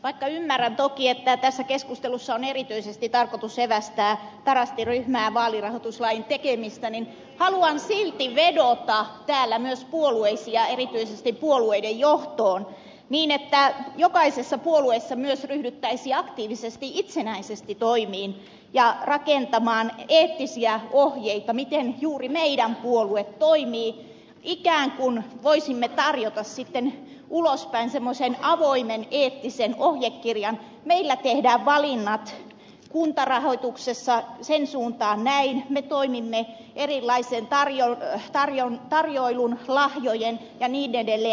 vaikka ymmärrän toki että tässä keskustelussa on erityisesti tarkoitus evästää tarastin ryhmää vaalirahoituslain tekemistä niin haluan silti vedota täällä myös puolueisiin ja erityisesti puolueiden johtoon niin että jokaisessa puolueessa myös ryhdyttäisiin aktiivisesti itsenäisesti toimiin ja rakentamaan eettisiä ohjeita miten juuri meidän puolueemme toimii ikään kuin voisimme tarjota sitten ulospäin semmoisen avoimen eettisen ohjekirjan että meillä tehdään valinnat kuntarahoituksessa sen suuntaan näin me toimimme erilaisen tarjoilun lahjojen ja niin edelleen